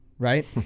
Right